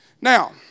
Now